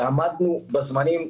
ועמדנו בזמנים,